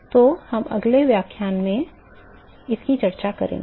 तो यही हम अगले व्याख्यान में शुरू करने जा रहे हैं